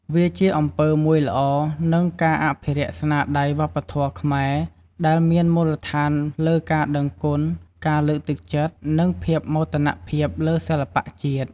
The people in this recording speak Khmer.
វាជាអំពើមួយល្អ និងការអភិរក្សស្នាមដៃវប្បធម៌ខ្មែរ ដែលមានមូលដ្ឋានលើការដឹងគុណ ការលើកទឹកចិត្ត និងភាពមោទនភាពលើសិល្បៈជាតិ។